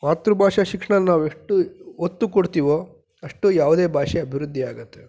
ಮಾತೃಭಾಷಾ ಶಿಕ್ಷಣ ನಾವೆಷ್ಟು ಒತ್ತು ಕೊಡ್ತಿವೋ ಅಷ್ಟು ಯಾವುದೇ ಭಾಷೆ ಅಭಿವೃದ್ಧಿ ಆಗುತ್ತೆ